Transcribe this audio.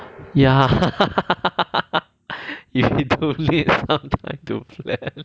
ya if we don't need some time to plan